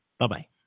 Bye-bye